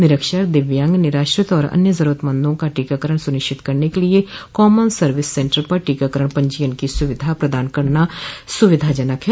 निरक्षर दिव्यांग निराश्रित व अन्य जरूरत मंदों का टीकाकरण सुनिश्चित करने के लिये कॉमन सर्विस सेन्टर पर टीकाकरण पंजीयन की सुविधा प्रदान करना सुविधाजनक है